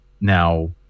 Now